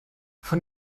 von